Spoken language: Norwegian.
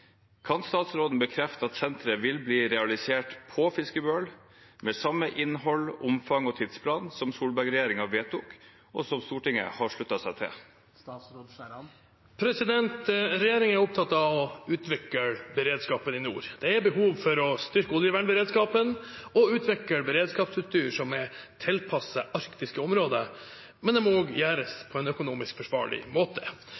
Kan statsråden bekrefte at senteret vil bli realisert på Fiskebøl med samme innhold, omfang og tidsplan som Solberg-regjeringen vedtok, og som Stortinget har sluttet seg til?» Regjeringen er opptatt av å utvikle beredskapen i nord. Det er behov for å styrke oljevernberedskapen og utvikle beredskapsutstyr som er tilpasset arktiske områder, men det må gjøres på en økonomisk forsvarlig måte.